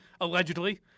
allegedly